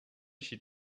she